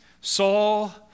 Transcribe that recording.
Saul